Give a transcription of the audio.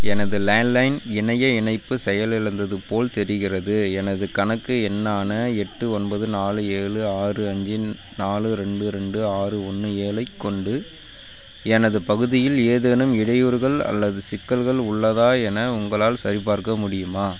எனது லேண்ட்லைன் இணைய இணைப்பு செயலிழந்தது போல் தெரிகிறது எனது கணக்கு எண்ணான எட்டு ஒன்பது நாலு ஏழு ஆறு அஞ்சு நாலு ரெண்டு ரெண்டு ஆறு ஒன்னு ஏலைக் கொண்டு எனது பகுதியில் ஏதேனும் இடையூறுகள் அல்லது சிக்கல்கள் உள்ளதா என உங்களால் சரிபார்க்க முடியுமா